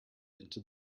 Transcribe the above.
into